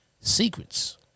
secrets